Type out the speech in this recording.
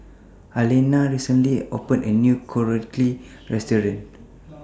Allena recently opened A New Korokke Restaurant